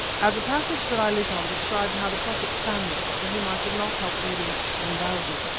as a passage that i lit on described how the prophet samuel for whom i could not help reading imbozwi,